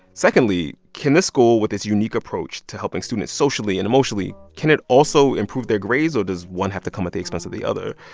secondly, can this school, with its unique approach to helping students socially and emotionally can it also improve their grades? or does one have to come at the expense of the other?